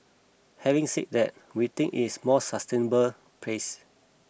having said that we think it's more sustainable pace